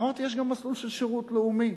אמרתי: יש גם מסלול של שירות לאומי,